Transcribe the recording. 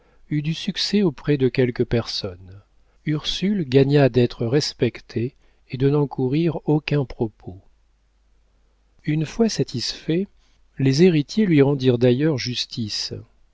eut du succès auprès de quelques personnes ursule gagna d'être respectée et de n'encourir aucun propos une fois satisfaits les héritiers lui rendirent d'ailleurs justice